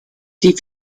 die